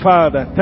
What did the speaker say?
Father